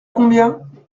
combien